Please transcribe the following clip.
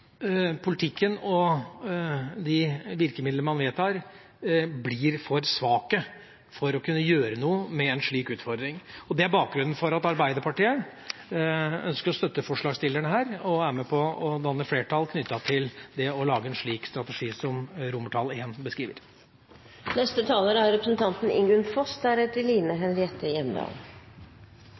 politikken og virkemidlene man vedtar, blir for svake for å kunne gjøre noe med en slik utfordring. Det er bakgrunnen for at Arbeiderpartiet ønsker å støtte forslagsstillerne og er med på å danne flertall for å lage en slik strategi som forslag til vedtak I beskriver. Tilbakegangen av pollinerende insekter synes å være en global trend og en utfordring i store deler av verden. Landbruksnæringen er